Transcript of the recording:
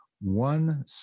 one